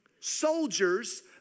soldiers